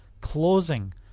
closing